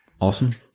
Awesome